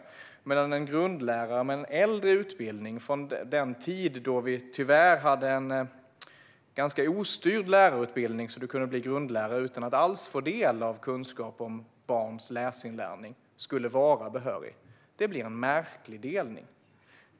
Samtidigt skulle en grundlärare med en äldre utbildning från den tid då vi tyvärr hade en ganska ostyrd lärarutbildning, då man kunde bli grundlärare utan att alls få del av kunskap om barns läsinlärning, vara behörig. Det blir en märklig delning.